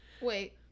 Wait